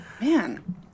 Man